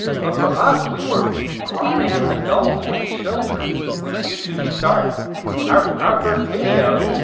but for us, we were grown as adults with children. when youtube started our our first video,